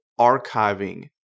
archiving